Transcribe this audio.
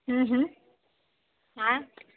હં હં